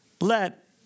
let